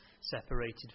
separated